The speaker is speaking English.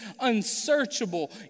unsearchable